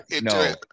No